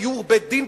גיור בית-דין,